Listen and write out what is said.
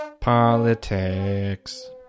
politics